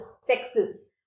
sexes